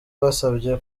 basabye